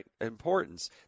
importance